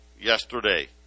yesterday